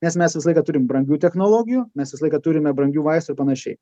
nes mes visą laiką turim brangių technologijų mes visą laiką turime brangių vaistų ir panašiai